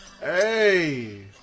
Hey